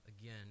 again